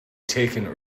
taken